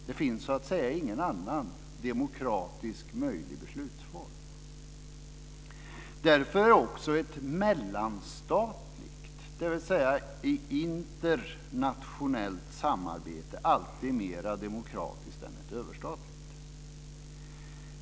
Det finns ingen annan demokratisk möjlig beslutsform. Därför är också ett mellanstatligt, dvs. internationellt, samarbete alltid mera demokratiskt än ett överstatligt.